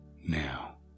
now